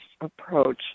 approach